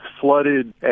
flooded